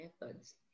methods